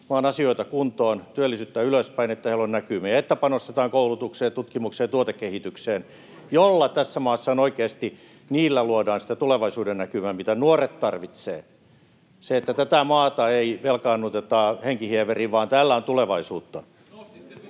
maan asioita kuntoon, työllisyyttä ylöspäin, että heillä on näkymiä, että panostetaan koulutukseen ja tutkimukseen ja tuotekehitykseen, joilla tässä maassa oikeasti luodaan sitä tulevaisuudennäkymää, mitä nuoret tarvitsevat — se, että tätä maata ei velkaannuteta henkihieveriin vaan täällä on tulevaisuutta. [Timo Harakka: